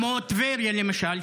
כמו טבריה וצפת למשל,